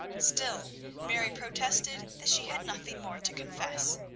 still mary protested that she had nothing more to confess.